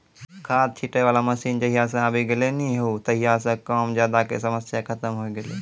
खाद छीटै वाला मशीन जहिया सॅ आबी गेलै नी हो तहिया सॅ कम ज्यादा के समस्या खतम होय गेलै